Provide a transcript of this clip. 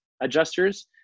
adjusters